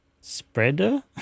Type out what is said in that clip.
spreader